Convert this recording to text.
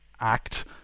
act